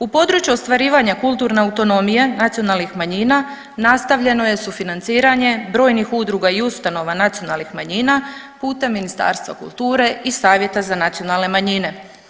U području ostvarivanja kulturne autonomije nacionalnih manjina nastavljeno je sufinanciranje brojnih udruga i ustanova nacionalnih manjina putem Ministarstva kulture i Savjeta za nacionalne manjine.